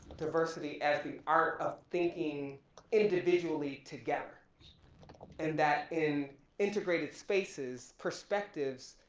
diversity as the art of thinking individually together and that in integrated spaces, perspectives,